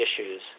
issues